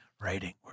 writing